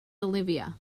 olivia